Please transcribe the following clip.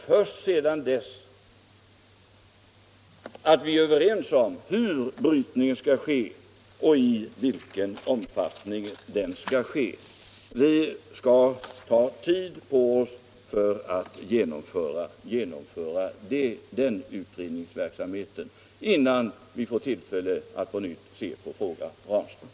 Först skall vi emellertid vara överens om hur brytningen skall ske och i vilken omfattning den skall ske. Vi skall ta tid på oss för den utredningsverksamheten, innan vi på nytt diskuterar frågan om Ranstad.